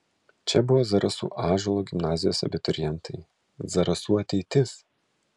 čia buvo zarasų ąžuolo gimnazijos abiturientai zarasų ateitis